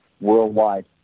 worldwide